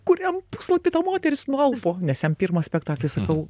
kuriam puslapy ta moteris nualpo nes jam pirmas spektaklis sakau